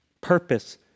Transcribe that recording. purpose